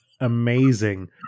amazing